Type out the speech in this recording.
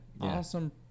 awesome